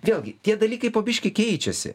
vėlgi tie dalykai po biškį keičiasi